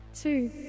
Two